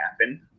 happen